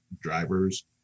drivers